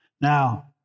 Now